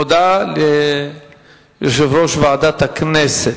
הודעה לסגנית מזכיר הכנסת.